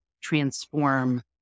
transform